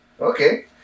Okay